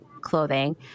clothing